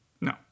No